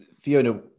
Fiona